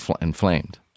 inflamed